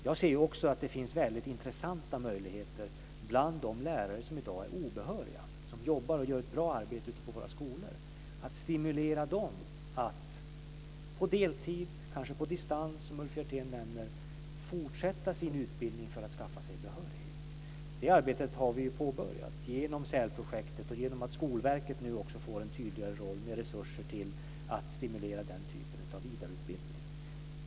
Jag ser också att det finns väldigt intressanta möjligheter att stimulera de lärare som i dag är obehöriga, som jobbar och gör ett bra arbete ute på våra skolor, att på deltid - kanske på distans, som Lars Hjertén nämner - fortsätta sin utbildning för att skaffa sig behörighet. Det arbetet har vi påbörjat genom SÄL projektet och genom att Skolverket nu också får en tydligare roll med resurser till att stimulera den typen av vidareutbildning.